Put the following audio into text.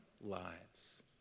lives